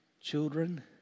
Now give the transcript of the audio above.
children